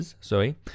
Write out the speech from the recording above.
sorry